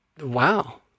Wow